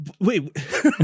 wait